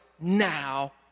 now